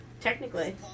Technically